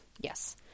yes